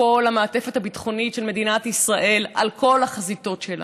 בכל המעטפת הביטחונית של מדינת ישראל על כל החזיתות שלה,